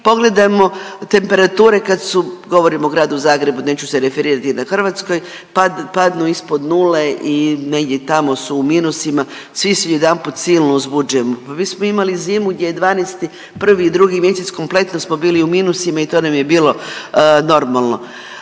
pogledajmo temperature kad su, govorim o Gradu Zagrebu neću se referirati na Hrvatskoj, padnu ispod nule i negdje tamo su u minusima svi su odjedanput silno uzbuđeni, pa mi smo imali zimu gdje je 12., 1. i 2. mjesec kompletno smo bili u minusima i to nam je bilo normalno.